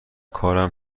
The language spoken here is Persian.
کارم